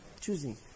choosing